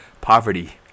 poverty